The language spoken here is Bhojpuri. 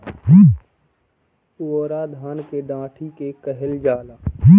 पुअरा धान के डाठी के कहल जाला